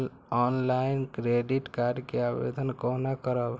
Online credit card के आवेदन कोना करब?